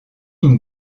une